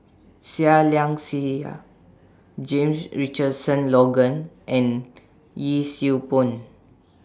Seah Liang Seah James Richardson Logan and Yee Siew Pun